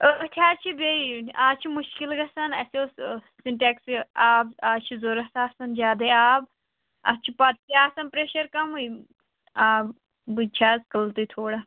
أتھۍ حظ چھِ بیٚیہِ آز چھُ مُشکِل گژھن اَسہِ اوس سِنٹٮ۪کسہِ آب آز چھِ ضوٚرَتھ آسَن زیادَے آب اَتھ چھُ پَتہٕ تہِ آسان پرٛیٚشَر کَمٕے آبٕچ چھِ آز قٕلتٕے تھوڑا